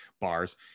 bars